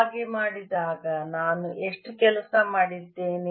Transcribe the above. ಹಾಗೆ ಮಾಡುವಾಗ ನಾನು ಎಷ್ಟು ಕೆಲಸ ಮಾಡಿದ್ದೇನೆ